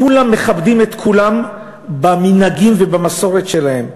כולם מכבדים את כולם במנהגים ובמסורת שלהם.